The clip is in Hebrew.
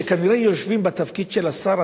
כנראה כשיושבים בתפקיד של השר,